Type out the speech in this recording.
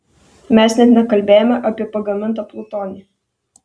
mes net nekalbėjome apie pagamintą plutonį